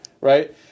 right